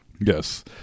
Yes